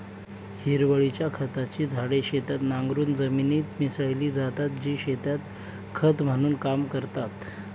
हिरवळीच्या खताची झाडे शेतात नांगरून जमिनीत मिसळली जातात, जी शेतात खत म्हणून काम करतात